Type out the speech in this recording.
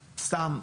סתם,